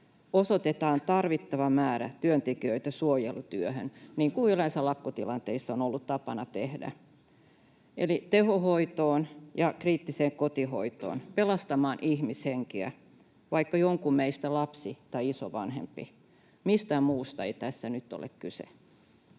osoitetaan tarvittava määrä työntekijöitä suojelutyöhön, niin kuin yleensä lakkotilanteissa on ollut tapana tehdä, eli tehohoitoon ja kriittiseen kotihoitoon pelastamaan ihmishenkiä, vaikka jonkun meistä lapsen tai isovanhemman. Mistään muusta ei tässä nyt ole kyse.